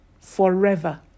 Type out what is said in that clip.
forever